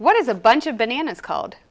what is a bunch of bananas called